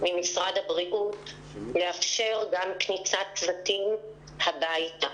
ממשרד הבריאות לאפשר גם כניסת צוותים הביתה.